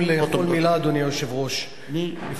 אדוני היושב-ראש, אנחנו מתכוונים לכל מלה.